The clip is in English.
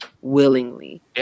willingly